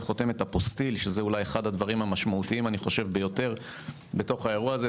חותמת אפוסטיל שזה אולי אחד הדברים המשמעותיים ביותר באירוע הזה.